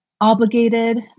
obligated